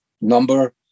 number